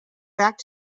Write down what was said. back